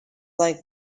like